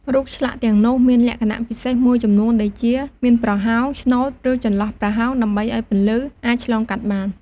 រូបឆ្លាក់ទាំងនោះមានលក្ខណៈពិសេសមួយចំនួនដូចជា មានប្រហោង ឆ្នូត ឬចន្លោះប្រហោងដើម្បីឲ្យពន្លឺអាចឆ្លងកាត់បាន។